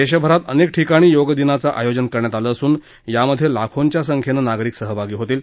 देशभरात अनेक ठिकाणी योग दिनाचं आयोजन करण्यात आलं असून यामधे लाखोंच्या सख्येनं नागरिक सहभागी होतील